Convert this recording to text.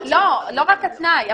לא רק כתנאי.